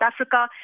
Africa